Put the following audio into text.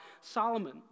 Solomon